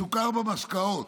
סוכר במשקאות.